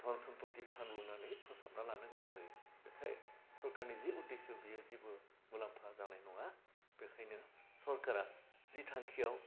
धन सम्पटि फाग्लुंनानै फोसाबना लानो गोनां जायो आमफ्राय सरकारनि जि उदेस्य' बेयो जेबो मुलाम्फा जानाय नङा बेखायनो सरकारा जि थांखिया